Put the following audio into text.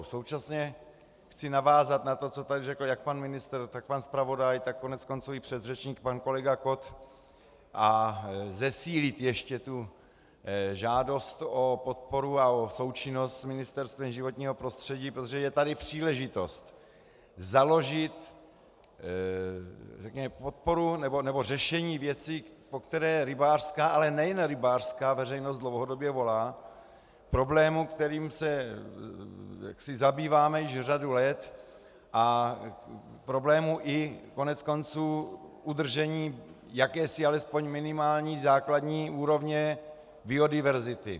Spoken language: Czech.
Současně chci navázat na to, co tady řekl jak pan ministr, tak pan zpravodaj, tak koneckonců i můj předřečník pan kolega Kott, a zesílit ještě žádost o podporu a o součinnost s Ministerstvem životního prostředí, protože je tady příležitost založit řešení věci, po které rybářská, ale nejen rybářská veřejnost dlouhodobě volá, problému, kterým se zabýváme už řadu let, a problému koneckonců i udržení jakési alespoň minimální základní úrovně biodiverzity.